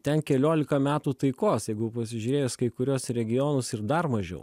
ten keliolika metų taikos jeigu pasižiūrėjus kai kuriuos regionus ir dar mažiau